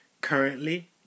currently